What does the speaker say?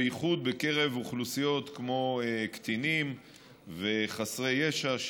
בייחוד בקרב אוכלוסיות כמו קטינים וחסרי ישע,